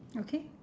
okay